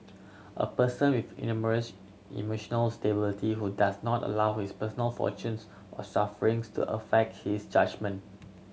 a person with enormous emotional stability who does not allow his personal fortunes or sufferings to affect his judgement